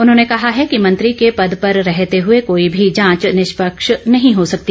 उन्होंने कहा है कि मंत्री के पद पर रहते हुए कोई भी जांच निष्पक्ष नही हो सकती